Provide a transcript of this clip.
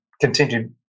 continued